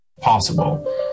possible